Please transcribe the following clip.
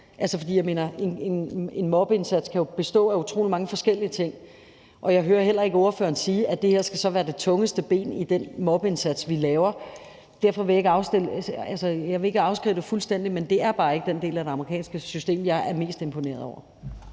altså, det, jeg mener, er, at en mobbeindsats jo kan bestå af utrolig mange forskellige ting, og jeg hører heller ikke ordføreren sige, at det her så skal være det tungeste ben i den mobbeindsats, vi laver. Altså, jeg vil ikke afvise det fuldstændigt, men det er bare ikke den del af det amerikanske system, jeg er mest imponeret over.